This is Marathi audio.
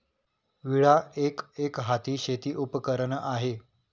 विळा एक, एकहाती शेती उपकरण आहे